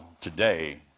today